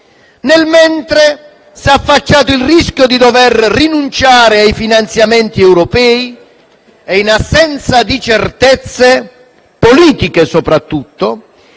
Nel mentre, si è affacciato il rischio di dover rinunciare ai finanziamenti europei e, in assenza di certezze, politiche soprattutto,